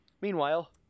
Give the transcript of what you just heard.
Meanwhile